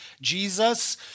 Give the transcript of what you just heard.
Jesus